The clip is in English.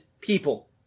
people